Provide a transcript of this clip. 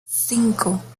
cinco